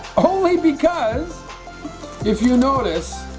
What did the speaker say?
only because if you notice